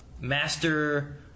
Master